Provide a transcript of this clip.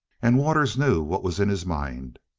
and waters knew what was in his mind.